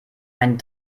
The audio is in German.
einen